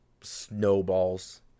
snowballs